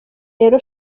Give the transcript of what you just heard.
rero